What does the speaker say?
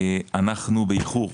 אנחנו באיחור.